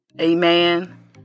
amen